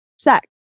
sex